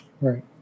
Right